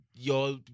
y'all